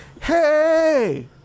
Hey